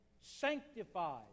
sanctified